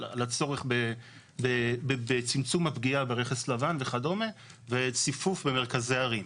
על הצורך בצמצום הפגיעה ברכב לבן וכדומה וציפוף במרכזי הערים.